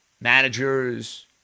managers